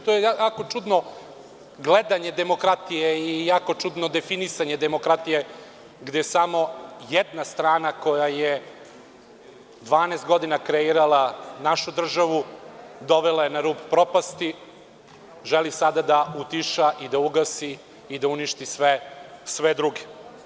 To je jako čudno gledanje demokratije i definisanje gde samo jedna strana koja je 12 godina kreirala našu državu, dovela na rub propasti, želi sada da utiša i da ugasi i da uništi sve druge.